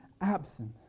absent